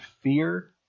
fear